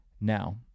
Now